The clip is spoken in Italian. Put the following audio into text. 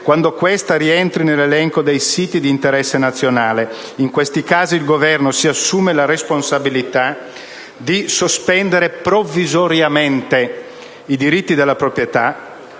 quando questa rientri nell'elenco dei siti di interesse nazionale. In questi casi il Governo si assume la responsabilità di sospendere provvisoriamente i diritti della proprietà